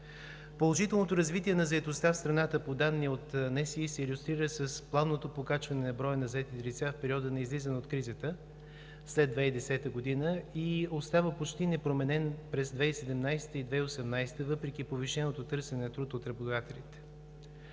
Положителното развитие на заетостта в страната по данни от Националния статистически институт се илюстрира с плавното покачване на броя на заетите лица в периода на излизане от кризата след 2010 г. и остава почти непроменено през 2017 и 2018 г., въпреки повишеното търсене на труд от работодателите.